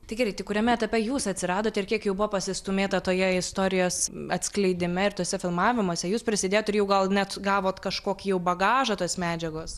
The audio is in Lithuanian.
tai gerai tai kuriame etape jūs atsiradote ir kiek jau buvo pasistūmėta toje istorijos atskleidime ir tuose filmavimuose jūs prisidėjot ir jau gal net gavot kažkokį jau bagažą tos medžiagos